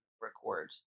record